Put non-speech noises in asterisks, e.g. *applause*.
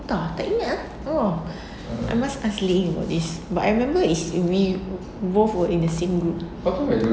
entah tak ingat ah !whoa! *breath* I must ask ling about this but I remember is we both were in the same group lah